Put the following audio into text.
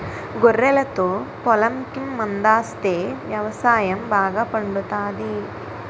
గొర్రెలతో పొలంకి మందాస్తే వ్యవసాయం బాగా పండుతాది